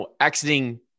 exiting